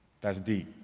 that's deep.